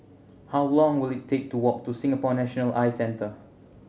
how long will it take to walk to Singapore National Eye Centre